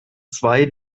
zwei